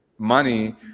money